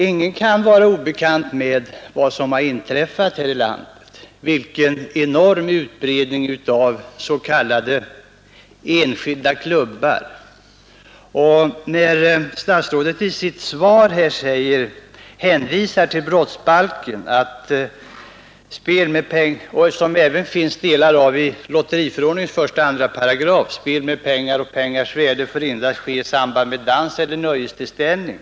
Ingen kan vara obekant med vad som har inträffat här i landet på detta område, vilken enorm utbredning s.k. enskilda klubbar har fått. Statsrådet hänvisar i sitt svar till brottsbalken, ur vilket det finns ett samband med lotteriförordningens första och andra paragrafer där det sägs att spel med pengar och pengars värde endast får ske i samband med dans eller nöjestillställning.